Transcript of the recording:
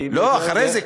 כי, לא, אחרי זה.